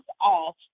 off